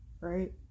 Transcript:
right